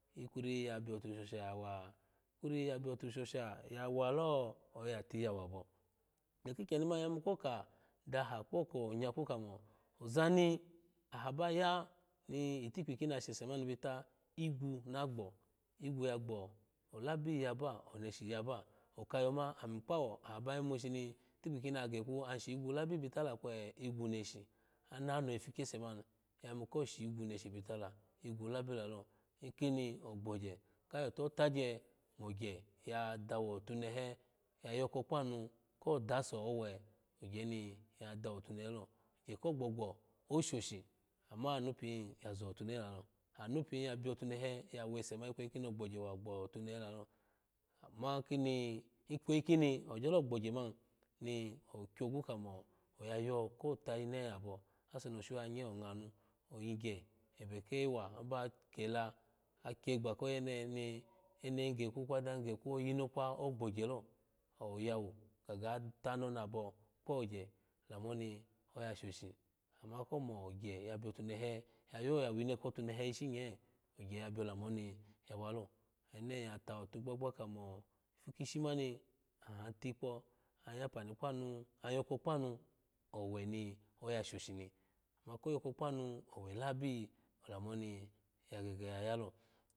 Ikwiri ya biyotushosha ya wa ikwori ya biyo heshosha ya wa lo oya biyawo abo eno kikyeni mani iya yimu koka duha kpoko nyaku kamo oza ni aha baya mitikpi kini ashe ma ni bita igwu na gbo igwo ya gholabi ya ba oneshi yaba oka yoma ami kpowo aba yimu shini itikpi kina geka ashigwu labi bita la kwe igwu neshi annoho ipu kese mani ya yinu ko shigwe neshi bita la igwu labi laloikimi ogbogye kayo tuho tugye mogye ya dawotunehe ya yoko kpanu ko dase owle ogye ni ya dawota nehelo ogye kogbobo oshoshi ama omu piya zotunehe lalo ana pi ya biyotuneha ya wese mani ikweyi ki ogbogyewa ogbotunehe wa lalo ama kini ikweyi kini ogyo gbogye abo ase ni oshuha nye ongnu oyigye ebekewa aba kelaku ikoyene ni enela geku kwa dahi geku oyi mokpa lamo ni oya shoshi amo komo ogye ya biyotunehe yayo yawine kotu nelu ishinye ogye ya biyo lamo ni ya walo ayime iya tha ot gbagba kamo ipu kishi mani aha tikpo aha ya pani kpanu ayoko kpanu owe ni aya shoshini ma koyoko kpanu owe labi olamu oni ya geye ya ya lo